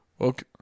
okay